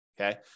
Okay